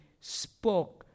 spoke